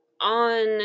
on